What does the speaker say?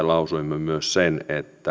lausuimme myös sen että